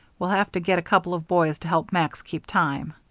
we'll have to get a couple of boys to help max keep time.